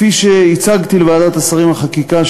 כפי שהצגתי לוועדת השרים לחקיקה,